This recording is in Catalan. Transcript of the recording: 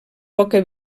poca